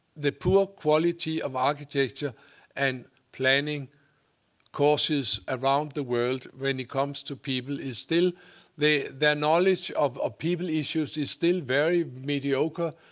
the poor quality of architecture and planning courses around the world when it comes to people is still their knowledge of ah people issues is still very mediocre,